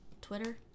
Twitter